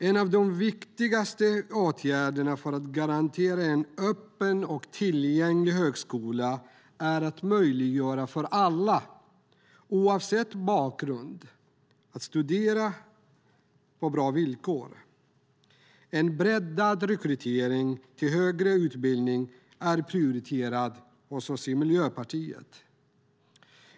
En av de viktigaste åtgärderna för att garantera en öppen och tillgänglig högskola är att möjliggöra för alla, oavsett bakgrund, att studera på bra villkor. En breddad rekrytering till högre utbildning är prioriterat för Miljöpartiet.